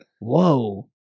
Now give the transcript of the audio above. whoa